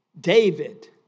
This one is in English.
David